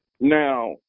Now